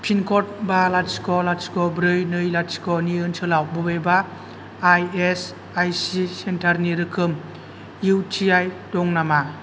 पिनक'ड बा लाथिख' लाथिख' ब्रै नै लाथिख' नि ओनसोलाव बबेबा इएसआइसि सेन्टार नि रोखोम इउटिआइ दं नामा